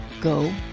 Go